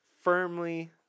firmly